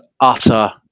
utter